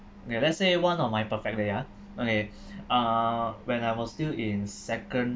okay let's say one of my perfect ah okay uh when I was still in secondary